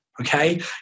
okay